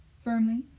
Firmly